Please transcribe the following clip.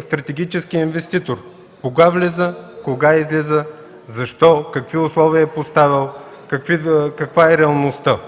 стратегическият инвеститор кога влиза, кога излиза, защо, какви условия е поставял, каква е реалността.